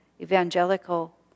evangelical